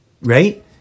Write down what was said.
right